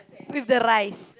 with the rice